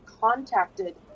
contacted